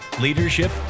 leadership